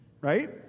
Right